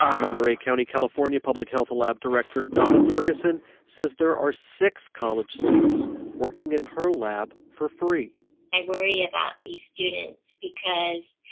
monterey county, calif, and public health lab director donna ferguson says there are six college students working in her lab for free i worry about these students because,